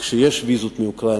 כשיש ויזות מאוקראינה,